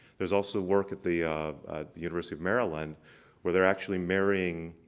there's also work at the the university of maryland where they're actually marrying